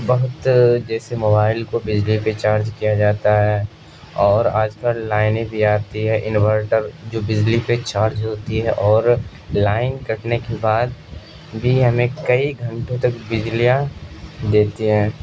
بہت جیسے موبائل کو بجلی پہ چارج کیا جاتا ہے اور آج کل لائنیں بھی آتی ہے انورٹر جو بجلی پہ چارج ہوتی ہے اور لائن کٹنے کے بعد بھی ہمیں کئی گھنٹوں تک بجلیاں دیتی ہیں